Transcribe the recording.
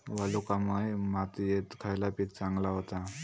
वालुकामय मातयेत खयला पीक चांगला होता?